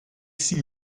zie